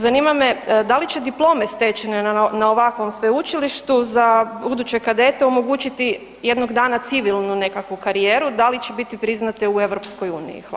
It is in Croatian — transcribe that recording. Zanima me da li će diplome stečene na ovakvom sveučilištu za buduće kadete omogućiti jednog dana civilnu nekakvu karijeru, da li će biti priznate u EU?